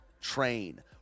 train